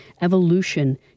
evolution